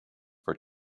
for